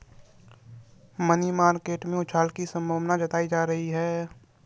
money market में उछाल की संभावना जताई जा रही है